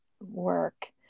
work